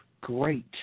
great